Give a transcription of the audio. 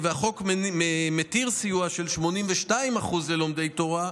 החוק מתיר סיוע של 82% ללומדי תורה,